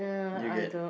do you get